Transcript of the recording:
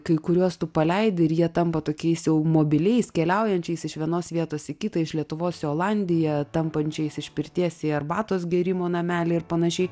kai kuriuos tu paleidi ir jie tampa tokiais jau mobiliais keliaujančiais iš vienos vietos į kitą iš lietuvos į olandiją tampančiais iš pirties į arbatos gėrimo namelį ir panašiai